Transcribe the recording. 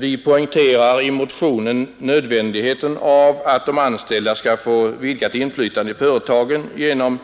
Vi poängterar i motionen nödvändigheten av att de anställda skall få vidgat inflytande i företagen genom